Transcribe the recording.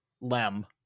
Lem